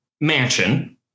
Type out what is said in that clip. mansion